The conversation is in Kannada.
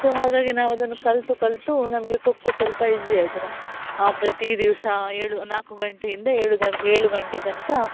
ಸೊ ಹಾಗಾಗಿ ನಾವದನ್ನು ಕಲಿತು ಕಲಿತು ನಮಗೆ ಖೋಖೋ ಸ್ವಲ್ಪ ಈಸಿ ಆಯಿತು ನಾನು ಪ್ರತಿ ದಿವಸ ಏಳು ನಾಲ್ಕು ಗಂಟೆಯಿಂದ ಏಳು ದ ಏಳು ಗಂಟೆ ತನಕ